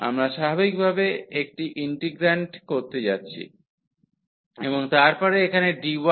আমরা স্বাভাবিকভাবে একই ইন্টিগ্রান্ডটি করতে যাচ্ছি এবং তারপরে এখানে dy এবং dx